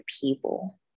people